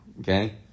okay